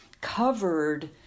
covered